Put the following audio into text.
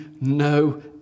no